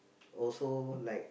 also like